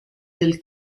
del